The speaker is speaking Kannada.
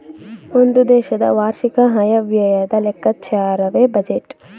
ಒಂದು ದೇಶದ ವಾರ್ಷಿಕ ಆಯವ್ಯಯದ ಲೆಕ್ಕಾಚಾರವೇ ಬಜೆಟ್